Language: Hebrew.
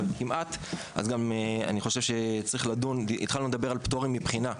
צריך גם להוסיף פטור מבחינה.